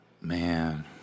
Man